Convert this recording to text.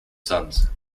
sons